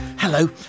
Hello